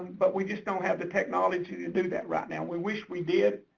but we just don't have the technology to do that right now. we wish we did,